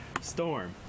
Storm